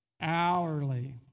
hourly